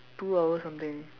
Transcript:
two hour something